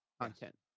content